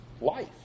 life